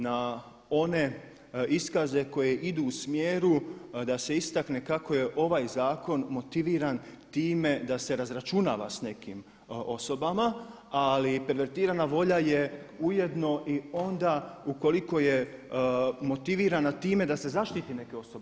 Na one iskaze koji idu u smjeru da se istakne kako je ovaj zakona motiviran time da se razračunava sa nekim osobama, ali pervertirana volja je ujedno i onda ukoliko je motivirana time da se zaštite neke osobe.